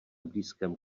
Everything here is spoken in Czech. blízkém